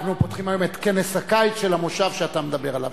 אנחנו פותחים היום את כנס הקיץ של המושב שאתה מדבר עליו.